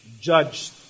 judged